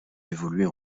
évoluer